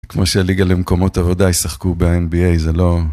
כמו שהליגה למקומות עבודה ישחקו ב-NBA, זה לא...